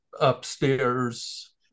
upstairs